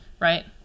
Right